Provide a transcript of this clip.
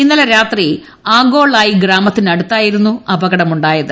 ഇന്നലെ രാത്രി ആഗോളായ് ഗ്രാമത്തിനടുത്തായിരുന്നു അപകടമുണ്ടായത്